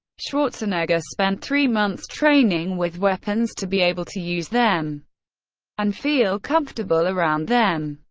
schwarzenegger spent three months training with weapons to be able to use them and feel comfortable around them.